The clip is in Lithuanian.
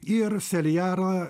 ir seriarą